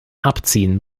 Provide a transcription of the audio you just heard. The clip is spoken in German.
abziehen